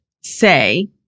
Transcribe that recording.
say